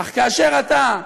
אך כאשר אתה,